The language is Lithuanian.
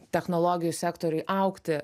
technologijų sektoriui augti